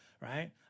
right